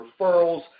referrals